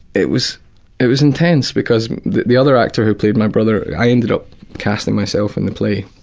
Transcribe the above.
it was it was intense because the the other actor who played my brother, i ended up casting myself in the play.